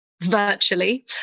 virtually